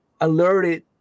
alerted